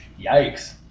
yikes